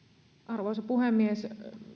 arvoisa puhemies